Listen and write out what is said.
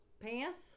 pants